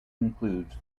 included